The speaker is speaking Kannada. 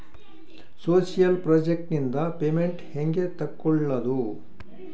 ಸೋಶಿಯಲ್ ಪ್ರಾಜೆಕ್ಟ್ ನಿಂದ ಪೇಮೆಂಟ್ ಹೆಂಗೆ ತಕ್ಕೊಳ್ಳದು?